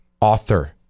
author